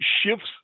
shifts